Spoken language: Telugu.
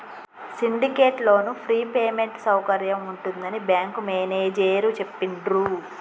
సిండికేట్ లోను ఫ్రీ పేమెంట్ సౌకర్యం ఉంటుందని బ్యాంకు మేనేజేరు చెప్పిండ్రు